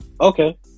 Okay